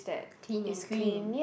clean and green